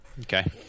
Okay